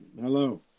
Hello